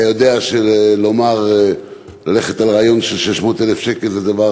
היה יודע שללכת על רעיון של 600,000 שקל זה דבר